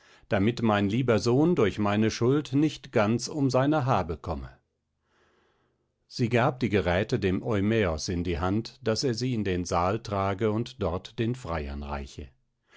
damit mein lieber sohn durch meine schuld nicht ganz um seine habe komme sie gab die geräte dem eumäos in die hand daß er sie in den saal trage und dort den freiern reiche